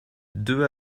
deux